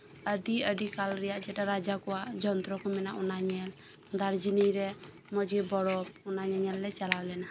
ᱟᱹᱰᱤ ᱟᱹᱰᱤ ᱠᱟᱞ ᱨᱮᱭᱟᱜ ᱡᱮᱴᱟ ᱨᱟᱡᱟ ᱠᱚᱣᱟᱜ ᱡᱚᱱᱛᱨᱚ ᱠᱚ ᱢᱮᱱᱟᱜ ᱚᱱᱟ ᱧᱮᱞ ᱫᱟᱨᱡᱤᱞᱤᱝ ᱨᱮ ᱢᱚᱸᱡᱝ ᱜᱮ ᱵᱚᱨᱚᱯᱷ ᱚᱱᱟ ᱧᱮᱧᱮᱞ ᱞᱮ ᱪᱟᱞᱟᱣ ᱞᱮᱱᱟ